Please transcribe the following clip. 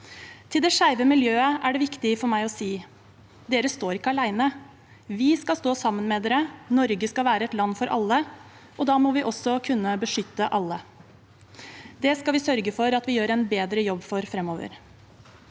Til det skeive miljøet er det viktig for meg å si: Dere står ikke alene. Vi skal stå sammen med dere. Norge skal være et land for alle, og da må vi også kunne beskytte alle. Det skal vi sørge for at vi gjør en bedre jobb for framover.